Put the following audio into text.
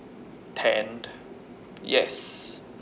tanned yes